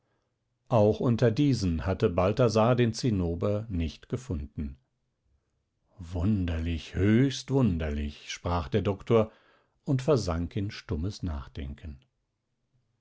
auch unter diesen hatte balthasar den zinnober nicht gefunden wunderlich höchst wunderlich sprach der doktor und versank in stummes nachdenken